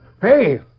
Hey